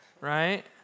right